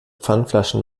pfandflaschen